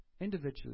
individually